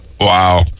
Wow